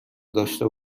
داشته